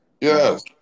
Yes